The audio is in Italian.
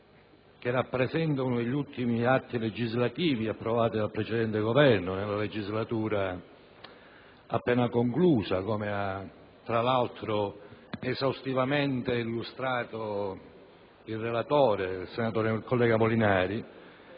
che rappresenta uno degli ultimi atti legislativi approvati dal precedente Governo nella legislatura appena conclusa, come tra l'altro ha esaustivamente illustrato il relatore, senatore Molinari,